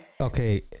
Okay